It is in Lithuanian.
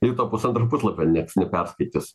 ir to pusantro puslapio niekas neperskaitys